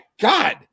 god